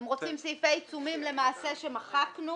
אתם רוצים סעיפי עיצומים שלמעשה מחקנו,